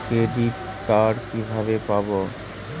Credit card কিভাবে পাব?